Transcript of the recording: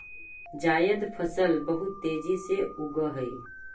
जायद फसल बहुत तेजी से उगअ हई